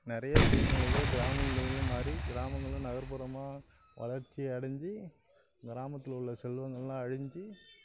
நிறைய சூழ்நிலைகள் கிராமங்களிலும் மாறி கிராமங்களும் நகர்புறமாக வளர்ச்சி அடைஞ்சி கிராமத்தில் உள்ள செல்வங்கள்லாம் அழிஞ்சு